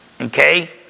Okay